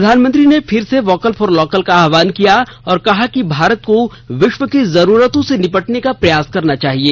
प्रधानमंत्री ने फिर से वोकल फॉर लोकल का आहवान किया और कहा कि भारत को विश्व की जरूरतों से निपटने का प्रयास करना चाहिए